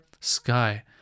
sky